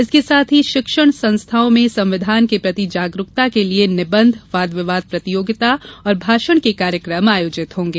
इसके साथ ही शिक्षण संस्थाओं में संविधान के प्रति जागरूकता के लिये निबंध वाद विवाद प्रतियोगिता और भाषण के कार्यक्रम आयोजित होंगे